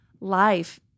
life